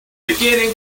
beginning